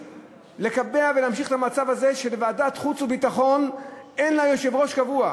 לקבע ולהמשיך את המצב הזה שלוועדת חוץ וביטחון אין יושב-ראש קבוע.